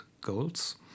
goals